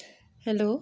hello